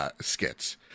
Skits